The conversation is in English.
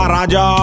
Raja